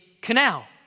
canal